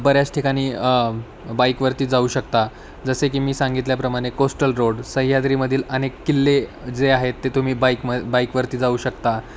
बऱ्याच ठिकाणी बाईकवरती जाऊ शकता जसे की मी सांगितल्याप्रमाणे कोस्टल रोड सह्याद्रीमधील अनेक किल्ले जे आहेत ते तुम्ही बाईकमध्ये बाईकवरती जाऊ शकता